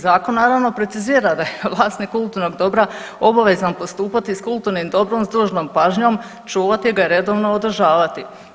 Zakon naravno precizira da je vlasnik kulturnog dobra obavezan postupati s kulturnim dobrom s dužnom pažnjom, čuvati ga i redovno održavati.